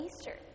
Easter